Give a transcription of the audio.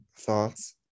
thoughts